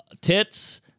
tits